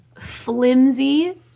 flimsy